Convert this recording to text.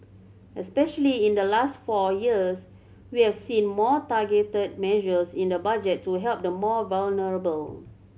especially in the last four years we've seen more targeted measures in the Budget to help the more vulnerable